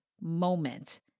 moment